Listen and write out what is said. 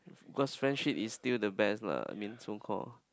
because friendships is still the best lah I mean so called